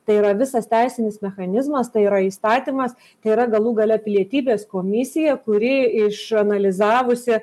tai yra visas teisinis mechanizmas tai yra įstatymas tai yra galų gale pilietybės komisija kuri išanalizavusi